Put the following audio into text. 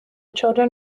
children